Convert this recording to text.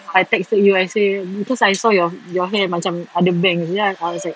I texted you I say because I saw your your hair macam ada bangs then I I was like